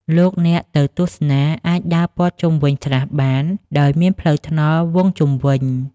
លោកអ្នកទៅទស្សនាអាចដើរព័ទ្ធជុំវិញស្រះបាន ដោយមានផ្លូវថ្នល់វង់ជុំវិញ។